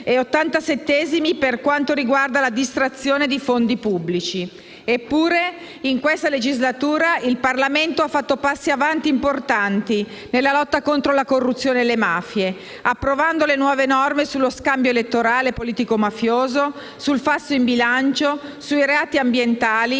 per quanto riguarda la distrazione di fondi pubblici. Eppure, in questa legislatura il Parlamento ha fatto passi avanti importanti nella lotta contro la corruzione e le mafie, approvando le nuove norme sullo scambio elettorale politico-mafioso, sul falso in bilancio, sui reati ambientali,